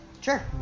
Sure